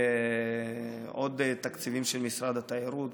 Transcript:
ועוד תקציבים של משרד התיירות.